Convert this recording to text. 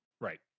Right